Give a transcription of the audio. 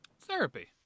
Therapy